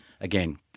again